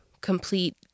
complete